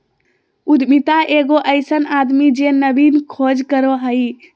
उद्यमिता एगो अइसन आदमी जे नवीन खोज करो हइ